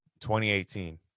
2018